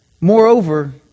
Moreover